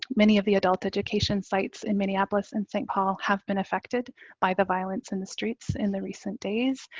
many of the adult education sites in minneapolis and saint paul have been effected by the violence in the streets in the recent days.